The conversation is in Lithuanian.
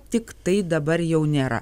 tiktai dabar jau nėra